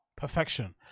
perfection